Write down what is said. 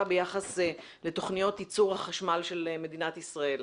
ביחס לתוכניות ייצור החשמל של מדינת ישראל.